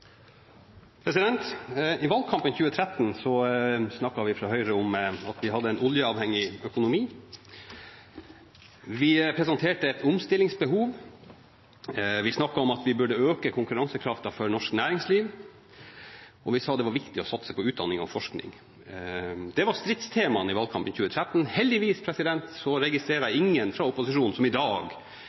I valgkampen i 2013 snakket vi fra Høyre om at vi hadde en oljeavhengig økonomi. Vi presenterte et omstillingsbehov. Vi snakket om at vi burde øke konkurransekrafta for norsk næringsliv, og vi sa det var viktig å satse på utdanning og forskning. Det var stridstemaene i valgkampen i 2013. Heldigvis registrerer jeg at ingen fra opposisjonen i dag